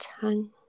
tongue